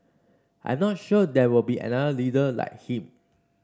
I'm not sure there will be another leader like him